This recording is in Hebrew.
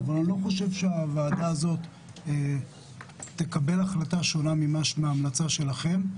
חושב שוועדת הכנסת תקבל החלטה שונה מהמלצתכם.